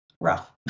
rough